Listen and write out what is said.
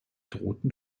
drohten